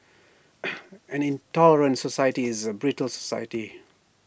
an intolerant society is A brittle society